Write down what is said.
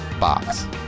box